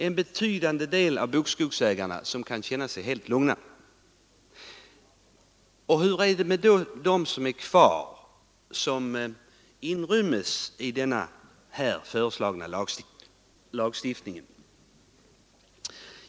En betydande del av bokskogsägarna kan alltså känna sig helt lugna. Men hur är det med ägarna till de bokskogar som inryms i den föreslagna lagstiftningen?